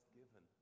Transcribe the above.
given